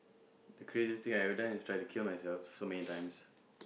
the craziest thing I ever done is try to kill myself so many times